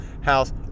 House